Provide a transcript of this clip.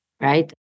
right